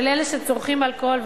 של אלה שצורכים אלכוהול,